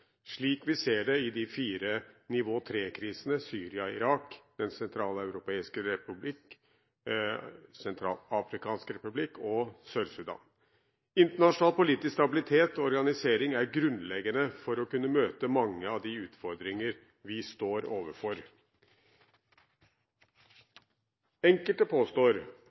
slik vi ser det i de fire nivå 3-krisene, i Syria, Irak, Den sentralafrikanske republikk og Sør-Sudan. Internasjonal politisk stabilitet og organisering er grunnleggende for å kunne møte mange av de utfordringer vi står overfor. Enkelte påstår